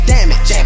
Damage